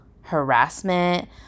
harassment